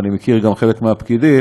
ואני מכיר גם חלק מהפקידים,